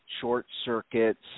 short-circuits